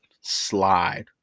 slide